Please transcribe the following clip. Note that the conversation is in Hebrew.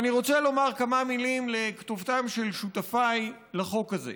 ואני רוצה לומר כמה מילים לכתובתם של שותפיי לחוק הזה.